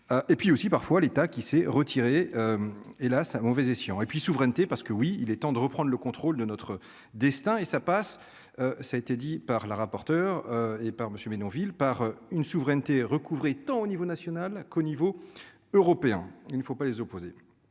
et puis aussi parfois l'état qui s'est retiré, hélas à mauvais escient et puis souveraineté parce que oui, il est temps de reprendre le contrôle de notre destin et ça passe, ça a été dit par la rapporteure et par monsieur villes par une souveraineté recouvrée, tant au niveau national qu'au niveau européen, il ne faut pas les opposer,